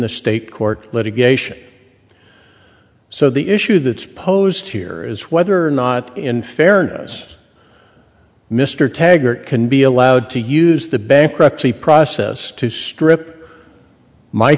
the state court litigation so the issue that's posed here is whether or not in fairness mr taggart can be allowed to use the bankruptcy process to strip my